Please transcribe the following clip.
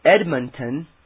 Edmonton